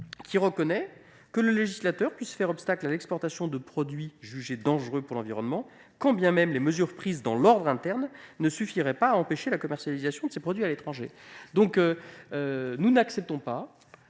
selon laquelle le législateur peut faire obstacle à l'exportation de produits jugés dangereux pour l'environnement, quand bien même les mesures prises dans l'ordre interne ne suffiraient pas à empêcher la commercialisation de ces produits à l'étranger. Nous n'acceptons pas,